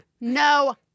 no